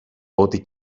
ότι